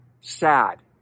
sad